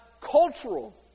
cultural